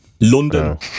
London